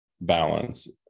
balance